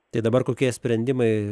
tai dabar kokie sprendimai